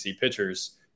pitchers